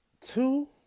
two